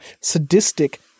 sadistic